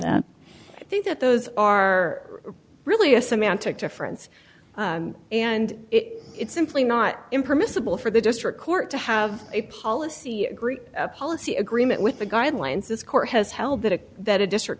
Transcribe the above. that i think that those are really a semantic difference and it's simply not impermissible for the district court to have a policy agree policy agreement with the guidelines this court has held that is that a district